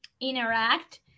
interact